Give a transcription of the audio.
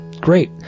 Great